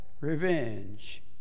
Revenge